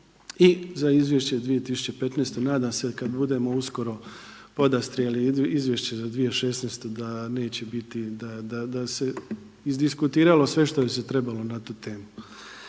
i za izvješće 2015. nadam se kad budemo uskoro podastrijeli izvješće za 2016. da neće biti, da se izdiskutiralo sve što se trebalo na tu temu.